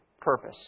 purpose